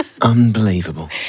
Unbelievable